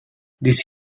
this